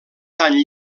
tant